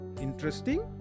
Interesting